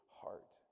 heart